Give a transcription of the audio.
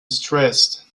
stressed